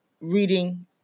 reading